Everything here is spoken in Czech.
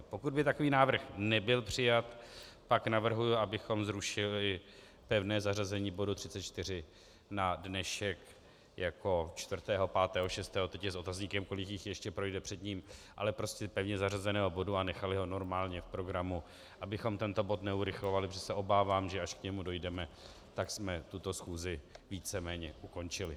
Pokud by takový návrh nebyl přijat, pak navrhuji, abychom zrušili pevné zařazení bodu 34 na dnešek jako čtvrtého, pátého, šestého, teď je s otazníkem, kolik jich ještě projde před ním, ale prostě pevně zařazeného bodu a nechali ho normálně v programu, abychom tento bod neurychlovali, protože se obávám, že až k němu dojdeme, tak jsme tuto schůzi víceméně ukončili.